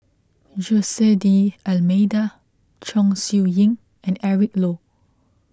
Jose D'Almeida Chong Siew Ying and Eric Low